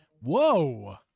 whoa